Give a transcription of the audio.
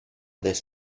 this